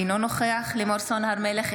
אינו נוכח לימור סון הר מלך,